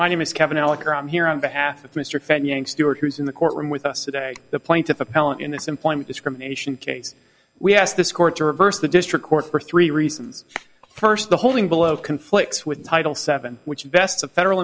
my name is kevin alec or i'm here on behalf of mr fenn yang stuart who's in the courtroom with us today the plaintiff appellant in this employment discrimination case we ask this court to reverse the district court for three reasons first the holding below conflicts with title seven which best the federal